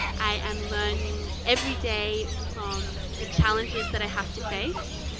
i am learning everyday from the challenges that i have to face,